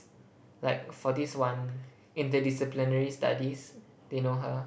like for this one interdisciplinary studies they know her